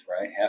right